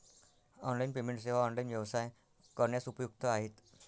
online payment सेवा online व्यवसाय करण्यास उपयुक्त आहेत